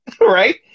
right